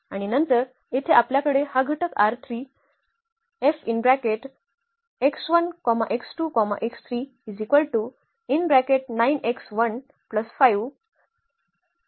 आणि नंतर येथे आपल्याकडे हा घटक आहे